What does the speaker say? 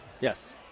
Yes